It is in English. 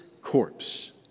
corpse